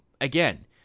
Again